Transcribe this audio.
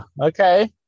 okay